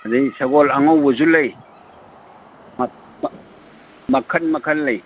ꯑꯗꯒꯤ ꯁꯒꯣꯜ ꯑꯉꯧꯕꯁꯨ ꯂꯩ ꯃꯈꯜ ꯃꯈꯜ ꯂꯩ